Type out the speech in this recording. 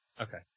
Okay